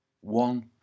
one